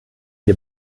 dir